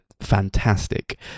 fantastic